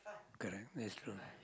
correct yes correct